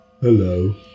Hello